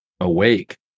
awake